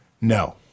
No